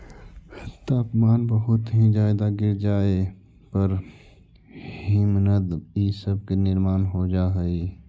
तापमान बहुत ही ज्यादा गिर जाए पर हिमनद इ सब के निर्माण हो जा हई